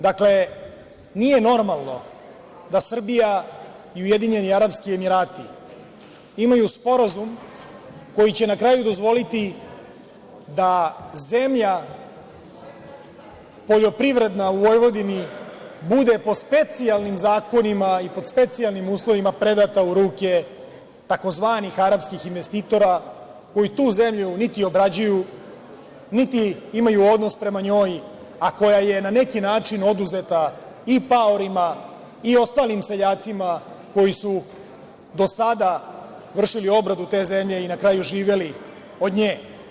Dakle, nije normalno da Srbija i Ujedinjeni Arapski Emirati imaju Sporazum koji će na kraju dozvoliti da zemlja poljoprivredna u Vojvodini bude, po specijalnim zakonima i pod specijalnim uslovima, predata u ruku tzv. arapskih investitora koji tu zemlju niti obrađuju, niti imaju odnos prema njoj, a koja je na neki način oduzeta i paorima i ostalim seljacima koji su do sada vršili obradu te zemlje i na kraju živeli od nje.